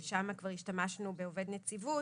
כי שם כבר השתמשנו בעובד נציבות,